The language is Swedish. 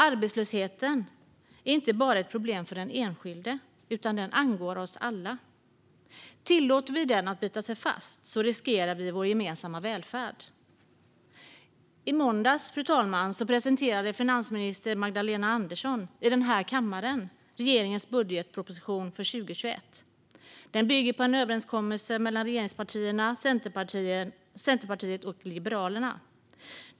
Arbetslösheten är inte bara ett problem för den enskilde, utan den angår oss alla. Om vi tillåter den att bita sig fast riskerar vi vår gemensamma välfärd. I måndags, fru talman, presenterade finansminister Magdalena Andersson i den här kammaren regeringens budgetproposition för 2021. Den bygger på en överenskommelse mellan regeringspartierna, Centerpartiet och Liberalerna.